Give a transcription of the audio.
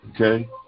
Okay